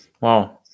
wow